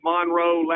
Monroe